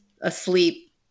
asleep